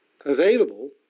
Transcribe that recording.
available